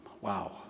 Wow